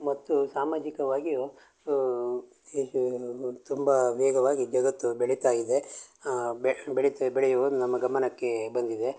ಮತ್ತು ಸಾಮಾಜಿಕವಾಗಿಯೂ ಇದು ತುಂಬ ವೇಗವಾಗಿ ಜಗತ್ತು ಬೆಳೀತಾ ಇದೆ ಬೆಳ್ ಬೆಳಿತೆ ಬೆಳೆಯುವುದು ನಮ್ಮ ಗಮನಕ್ಕೆ ಬಂದಿದೆ